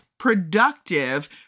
productive